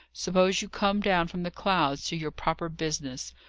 suppose you come down from the clouds to your proper business.